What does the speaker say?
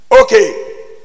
Okay